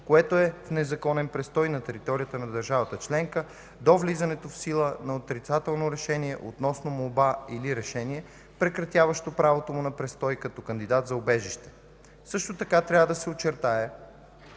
което е в незаконен престой на територията на държавата членка до влизането в сила на отрицателно решение относно молбата или на решение, прекратяващо правото му на престой като кандидат за убежище. Също така трябва да се отчете,